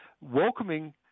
welcoming